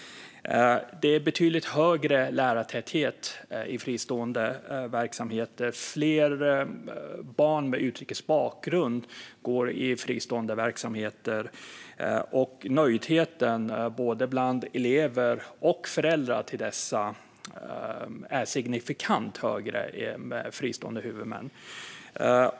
Det är betydligt högre lärartäthet i fristående verksamheter. Fler barn med utrikes bakgrund går i fristående verksamheter, och nöjdheten bland både elever och föräldrar är signifikant högre hos fristående huvudmän.